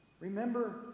remember